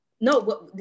No